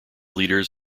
leaders